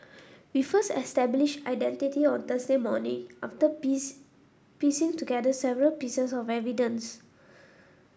we first established identity on Thursday morning after piecing together several pieces of evidence